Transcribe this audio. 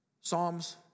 Psalms